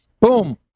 boom